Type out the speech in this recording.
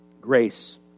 Grace